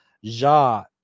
Ja